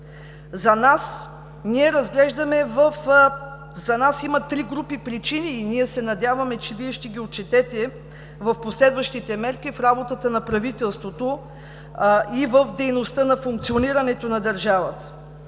За нас има три групи причини и ние се надяваме, че Вие ще ги отчетете в последващите мерки в работата на правителството и в дейността на функционирането на държавата.